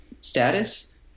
status